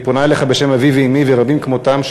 אני פונה אליך בשם אבי ואמי ורבים כמותם,